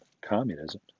communism